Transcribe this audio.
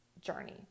journey